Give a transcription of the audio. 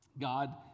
God